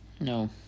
No